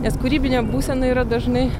nes kūrybinė būsena yra dažnai